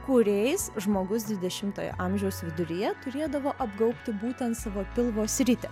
kuriais žmogus dvidešimojo amžiaus viduryje turėdavo apgaubti būtent savo pilvo sritį